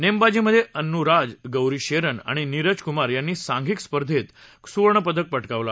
नेमबाजीमध्ये अन्नू राज गौरी शेरन आणि नीरज कुमार यांनी सांधिक स्पर्धेत सुवर्णपदक पटकावलं